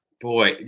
boy